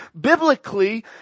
biblically